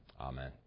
Amen